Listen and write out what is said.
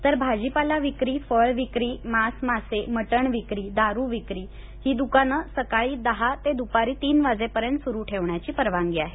तर भाजीपाला विक्री फळ विक्री मांस मासे मटण विक्री दारू विक्री दुकानं सकाळी दहा ते दुपारी तीन वाजेपर्यंत सुरू ठेवण्याची परवानगी आहे